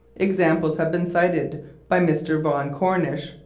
examples have been cited by mr. vaughan cornish,